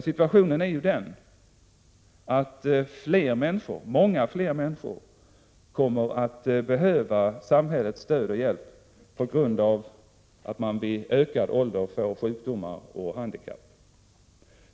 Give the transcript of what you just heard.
Situationen är den att många fler människor kommer att behöva samhällets stöd och hjälp på grund av att man vid högre ålder får sjukdomar och handikapp.